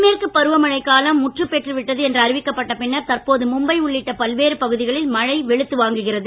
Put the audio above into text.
தென்மேற்கு பருவமழை காலம் முற்றுப் பெற்று விட்டது என்று அறிவிக்கப்பட்ட பின்னர் தற்போது மும்பை உள்ளிட்ட பல்வேறு பகுதிகளில் மழை வெளுத்து வாங்குகிறது